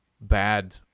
bad